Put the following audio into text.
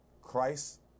christ